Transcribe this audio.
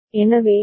எனவே டி